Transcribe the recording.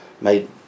made